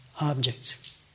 objects